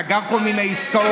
סגר כל מיני עסקאות.